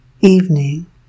Evening